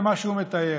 במה שהוא מתאר.